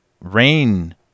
rain